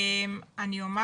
אני אומר